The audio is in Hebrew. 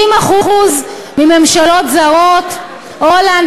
90% ממשלות זרות: הולנד,